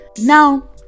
Now